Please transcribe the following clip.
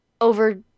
over